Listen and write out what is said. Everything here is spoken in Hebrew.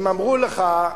הם אמרו לך: